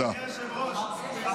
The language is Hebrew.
אדוני היושב-ראש, תודה.